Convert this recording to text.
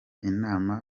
inama